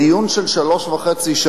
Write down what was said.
בדיון של שלוש שעות וחצי,